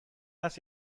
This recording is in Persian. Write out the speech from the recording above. است